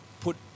put